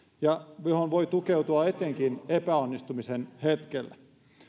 ja johon voi tukeutua etenkin epäonnistumisen hetkellä